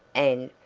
and,